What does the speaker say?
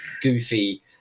goofy